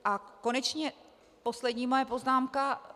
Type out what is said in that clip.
A konečně poslední moje poznámka.